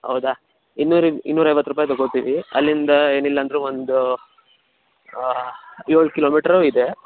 ಹೌದಾ ಇನ್ನೂರು ಇನ್ನೂರೈವತ್ತು ರೂಪಾಯಿ ತೊಗೋತೀವಿ ಅಲ್ಲಿಂದ ಏನಿಲ್ಲ ಅಂದರೂ ಒಂದು ಏಳು ಕಿಲೋಮೀಟ್ರು ಇದೆ